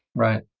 right.